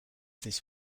this